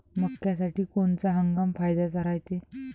मक्क्यासाठी कोनचा हंगाम फायद्याचा रायते?